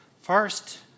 First